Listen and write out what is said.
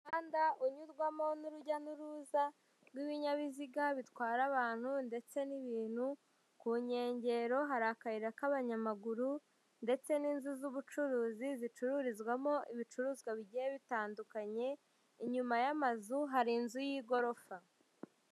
Umuhanda unyurwamo n'urujya n'uruza rw'ibinyabiziga bitwara abantu ndetse n'ibintu, ku nkengero hari akayira k'abanyamaguru ndetse n'inzu z'ubucuruzi zicururizwamo ibicuruzwa bigiye bitandukanye, inyuma y'amazu hari inzu y'igorofa.